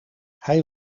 hij